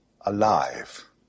alive